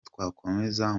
twakomeza